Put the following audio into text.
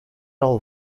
all